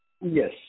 yes